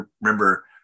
remember